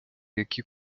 які